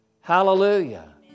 Hallelujah